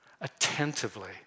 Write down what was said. attentively